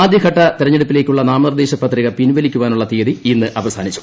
ആദ്യഘട്ട തിരഞ്ഞെടുപ്പിലേക്കുളള നാമനിർദ്ദേശ പത്രിക പിൻവലിക്കാനുളള തീയതി ഇന്ന് അവസാനിച്ചു